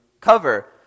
cover